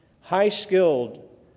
High-skilled